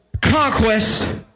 Conquest